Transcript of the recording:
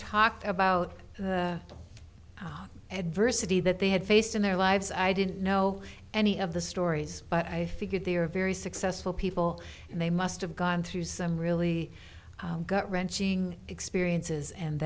talked about the adversity that they had faced in their lives i didn't know any of the stories but i figured they are very successful people and they must have gone through some really got wrenching experiences and